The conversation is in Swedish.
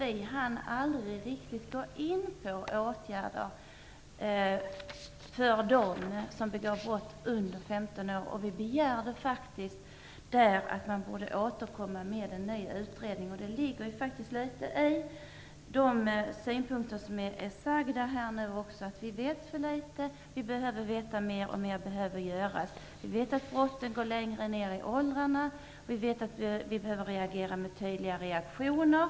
Vi hann aldrigt riktig gå in på åtgärder för dem under 15 år som begår brott. Vi begärde att man borde återkomma med en ny utredning. Det ligger en hel del i de synpunkter som här har framförts, att vi vet för litet. Vi behöver veta mera, och mera behöver göras. Vi vet att brottsligheten går längre ner i åldrarna och att vi behöver visa tidiga reaktioner.